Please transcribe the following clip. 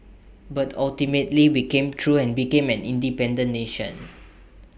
but ultimately we came through and became an independent nation